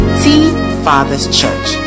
tfatherschurch